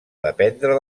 dependre